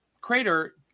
crater